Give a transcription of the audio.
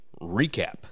recap